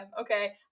okay